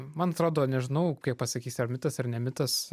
man atrodo nežinau kaip pasakysi ar mitas ar ne mitas